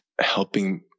helping